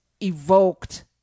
evoked